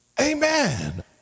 Amen